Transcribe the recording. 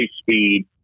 speed